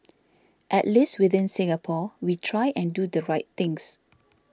at least within Singapore we try and do the right things